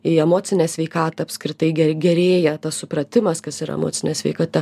į emocinę sveikatą apskritai gerėja tas supratimas kas yra emocinė sveikata